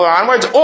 onwards